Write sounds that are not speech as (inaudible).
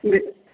(unintelligible)